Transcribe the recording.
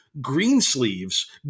Greensleeves